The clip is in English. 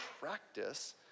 practice